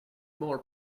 more